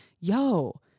yo